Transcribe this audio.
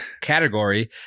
category